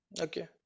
Okay